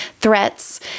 threats